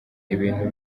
ibintu